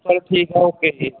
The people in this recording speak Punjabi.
ਚਲੋ ਠੀਕ ਹੈ ਓਕੇ ਜੀ